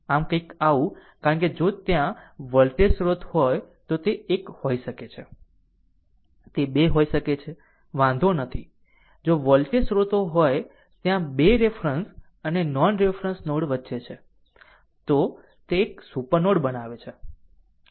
આમ આ કંઈક આવું કારણ કે જો ત્યાં વોલ્ટેજ સ્ત્રોત હોય તો તે 1 હોઈ શકે છે તે 2 હોઈ શકે છે વાંધો નથી જો વોલ્ટેજ સ્ત્રોતો ત્યાં 2 રેફરન્સ અને નોન રેફરન્સ નોડ વચ્ચે છે તો તે એક સુપર નોડ બનાવે છે